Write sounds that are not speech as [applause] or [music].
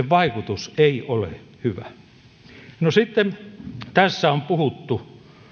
[unintelligible] vaikutus ei ole hyvä no sitten tässä on puhuttu